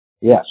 Yes